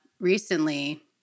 Recently